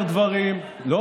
לא,